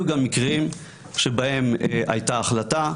היו גם מקרים שבהם הייתה החלטה,